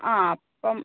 ആ അപ്പം